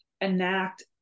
enact